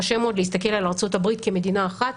קשה מאוד להסתכל על ארצות הברית כמדינה אחת,